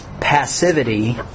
passivity